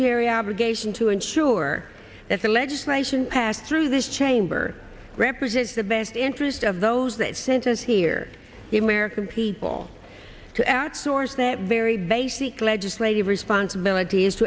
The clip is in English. fiduciary obligation to ensure that the legislation passed through this chamber represents the best interest of those that sent us here in american people to outsource that very basic legislative responsibilities